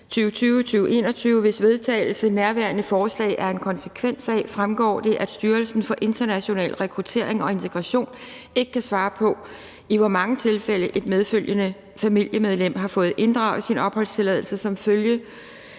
2020-21, hvis vedtagelse nærværende forslag er en konsekvens af, fremgår det, at Styrelsen for International Rekruttering og Integration ikke kan svare på, i hvor mange tilfælde et medfølgende familiemedlem har fået inddraget sin opholdstilladelse som følge